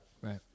right